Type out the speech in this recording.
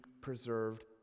preserved